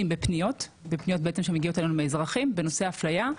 בפניות שמגיעות אלינו מאזרחים בנושא אפליה.